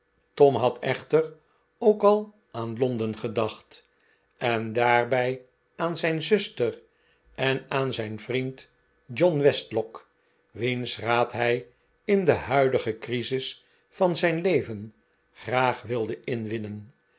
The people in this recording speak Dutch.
tom had echter ook al aan londen gedacht en daarbij aan zijn zuster en aan zijn vriend john westlock wiens raad hij in de huidige crisis van zijn leven graag wilde inwinnen